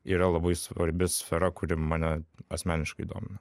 yra labai svarbi sfera kuri mane asmeniškai domina